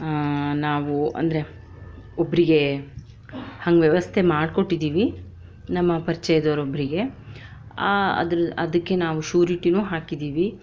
ನಾವು ಅಂದರೆ ಒಬ್ಬರಿಗೆ ಹಂಗೆ ವ್ಯವಸ್ಥೆ ಮಾಡ್ಕೊಟ್ಟಿದ್ದೀವಿ ನಮ್ಮ ಪರ್ಚಯದವ್ರೊಬ್ರಿಗೆ ಅದಕ್ಕೆ ನಾವು ಶೂರಿಟಿನೂ ಹಾಕಿದ್ದೀವಿ